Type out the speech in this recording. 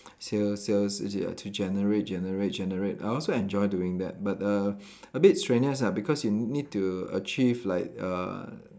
sales sales to generate generate generate I also enjoy doing that but err a bit strenuous ah because you need to achieve like uh